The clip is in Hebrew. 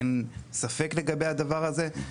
אין ספק לגבי הדבר הזה.